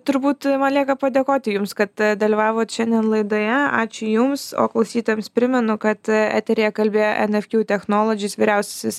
turbūt lieka padėkoti jums kad dalyvavot šiandien laidoje ačiū jums o klausytojams primenu kad eteryje kalbėjo nfq technologies vyriausiasis